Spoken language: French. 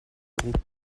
groupe